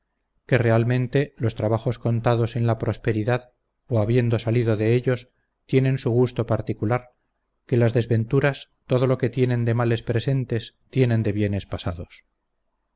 que realmente los trabajos contados en la prosperidad o habiendo salido de ellos tienen su gusto particular que las desventuras todo lo que tienen de males presentes tienen de bienes pasados